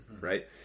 Right